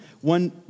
one